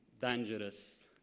dangerous